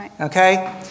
Okay